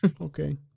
Okay